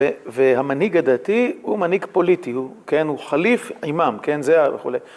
והמנהיג הדתי הוא מנהיג פוליטי, כן, הוא חליף אימם, כן, זה ה... וכו'.